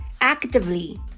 actively